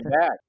back